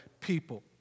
people